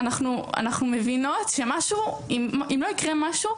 ואנחנו מבינות שאם לא יקרה משהו,